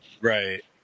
right